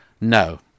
No